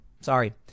Sorry